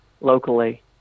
locally